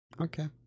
Okay